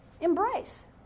embrace